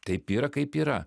taip yra kaip yra